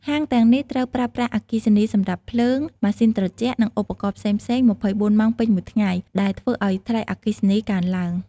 ហាងទាំងនេះត្រូវប្រើប្រាស់អគ្គិសនីសម្រាប់ភ្លើង ម៉ាស៊ីនត្រជាក់ និងឧបករណ៍ផ្សេងៗ ២៤ ម៉ោងពេញមួយថ្ងៃ ដែលធ្វើឲ្យថ្លៃអគ្គិសនីកើនឡើង។